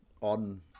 on